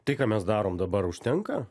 tai ką mes darom dabar užtenka